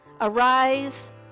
Arise